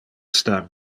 star